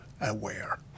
aware